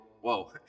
whoa